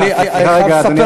אני חייב לספר